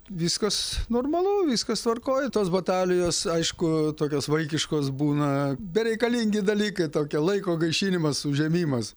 viskas normalu viskas tvarkoj tos batalijos aišku tokios vaikiškos būna bereikalingi dalykai tokie laiko gaišinimas užėmimas